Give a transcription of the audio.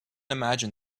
imagine